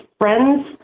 Friends